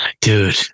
dude